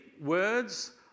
words